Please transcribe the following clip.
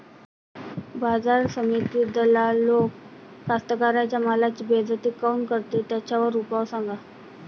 बाजार समितीत दलाल लोक कास्ताकाराच्या मालाची बेइज्जती काऊन करते? त्याच्यावर उपाव सांगा